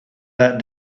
that